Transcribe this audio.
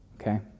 okay